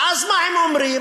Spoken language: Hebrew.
ואז מה הם אומרים?